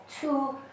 two